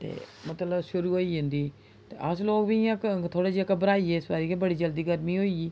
ते मतलब शुरु होई जंदी ते अस लोक बी इ'यां थोह्ड़े जेह् घबराई गे इस बारी कि बड़ी जल्दी गर्मी होई गेई